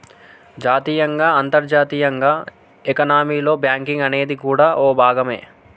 జాతీయంగా అంతర్జాతీయంగా ఎకానమీలో బ్యాంకింగ్ అనేది కూడా ఓ భాగమే